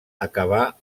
acabà